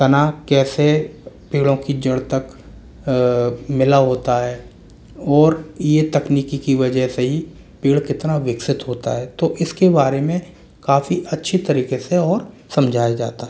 तना कैसे पेड़ों की जड़ तक मिला होता है और यह तकनीकी की वजह से ही पेड़ कितना विकसित होता है तो इसके बारे में काफ़ी अच्छी तरीके से और समझाया जाता है